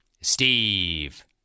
Steve